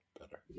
Better